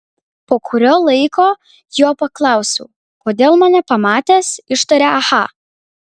po kurio laiko jo paklausiau kodėl mane pamatęs ištarė aha